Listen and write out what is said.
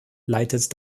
leitet